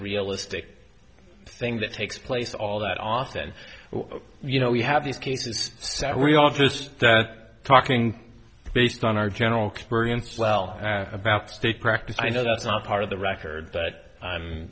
realistic thing that takes place all that often you know we have these cases that we all just talking based on our general convergence well about state practice i know that's not part of the record